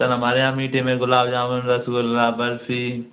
sir हमारे यहाँ मीठे में गुलाब जामुन रसगुल्ला बर्फ़ी